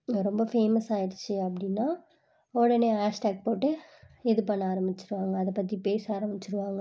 ரொம்ப ஃபேமஸ் ஆகிடுச்சி அப்படின்னா உடனே ஹேஷ் டாக் போட்டு இது பண்ண ஆரம்பிச்சுருவாங்க அதை பற்றி பேச ஆரம்பிச்சுருவாங்க